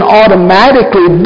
automatically